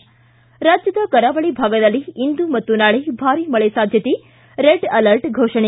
ಿ ರಾಜ್ಯದ ಕರಾವಳಿ ಭಾಗದಲ್ಲಿ ಇಂದು ಮತ್ತು ನಾಳೆ ಭಾರಿ ಮಳೆ ಸಾಧ್ಯತೆ ರೆಡ್ ಅಲರ್ಟ್ ಘೋಷಣೆ